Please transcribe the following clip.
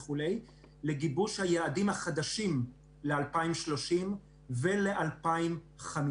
לגיבוש היעדים החדשים ל-2030 ול-2050,